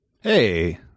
Hey